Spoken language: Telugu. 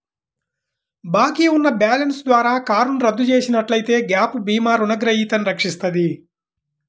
బాకీ ఉన్న బ్యాలెన్స్ ద్వారా కారును రద్దు చేసినట్లయితే గ్యాప్ భీమా రుణగ్రహీతను రక్షిస్తది